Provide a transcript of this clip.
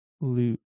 Loot